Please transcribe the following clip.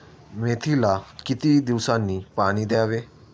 मेथीला किती दिवसांनी पाणी द्यावे?